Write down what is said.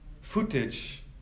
footage